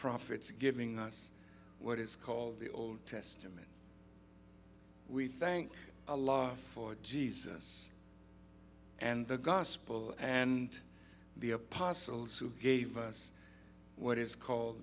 prophets giving us what is called the old testament we thank a law for jesus and the gospel and the apostles who gave us what is called